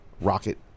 rocket